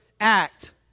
act